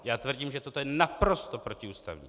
Já tvrdím, že toto je naprosto protiústavní.